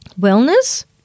Wellness